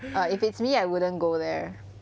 err if it's me I wouldn't go there